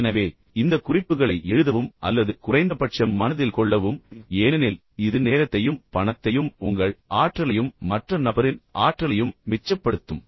எனவே இந்த குறிப்புகளை எழுதவும் அல்லது குறைந்தபட்சம் மனதில் கொள்ளவும் ஏனெனில் இது நேரத்தையும் பணத்தையும் உங்கள் ஆற்றலையும் மற்ற நபரின் ஆற்றலையும் மிச்சப்படுத்தும்